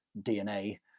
DNA